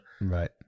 right